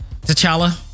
T'Challa